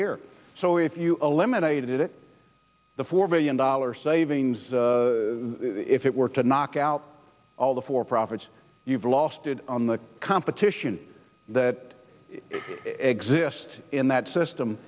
year so if you eliminate it the four billion dollars savings if it were to knock out all the for profits you've lost it on the competition that exists in that system